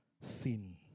sin